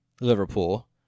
Liverpool